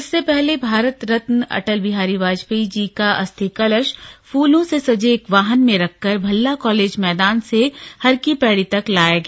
इससे पहले भारत रत्न अटल बिहारी वाजपेयी जी का अस्थि कलश फूलों से सजे एक वाहन में रखकर भल्ला कॉलेज मैदान से हर की पैड़ी तक लाया गया